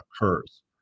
occurs